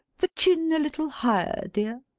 the chin a little higher, dear.